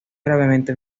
gravemente